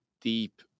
deep